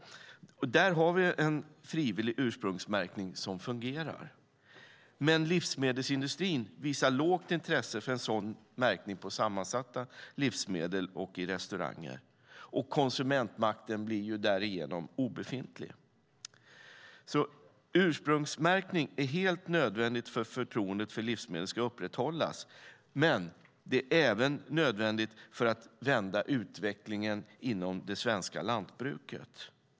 Där har vi en frivillig ursprungsmärkning som fungerar. Men livsmedelsindustrin visar ett lågt intresse för en sådan märkning på sammansatta livsmedel och i restauranger. Konsumentmakten blir därigenom obefintlig. Ursprungsmärkning är helt nödvändig för att förtroendet för livsmedlet ska upprätthållas. Men det är även nödvändigt för att vända utvecklingen inom det svenska lantbruket.